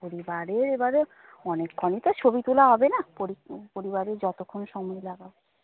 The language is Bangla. পরিবারের এবারে অনেকক্ষণ তো ছবি তোলা হবে না পরিবারের যতক্ষণ সময় লাগা